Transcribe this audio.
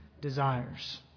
desires